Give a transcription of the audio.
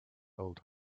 old